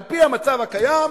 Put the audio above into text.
על-פי המצב הקיים,